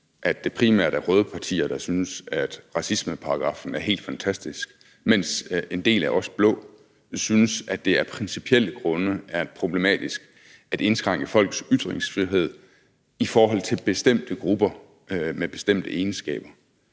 at det primært er røde partier, der synes, at racismeparagraffen er helt fantastisk, mens en del af os blå synes, at det af principielle grunde er problematisk at indskrænke folks ytringsfrihed i forhold til bestemte grupper med bestemte egenskaber.